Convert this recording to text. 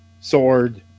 sword